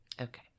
okay